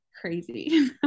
crazy